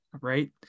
right